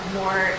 more